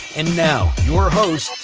and now your hosts,